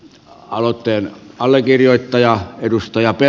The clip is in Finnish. aloitteen allekirjoittaja edustajat ja